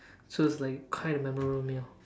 so it's like quite a memorable meal